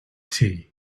tea